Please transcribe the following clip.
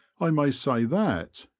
i may say that,